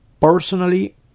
Personally